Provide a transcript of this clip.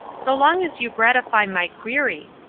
so long as you gratify my query,